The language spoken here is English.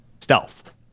stealth